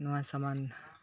ᱱᱚᱣᱟ ᱥᱟᱢᱟᱱ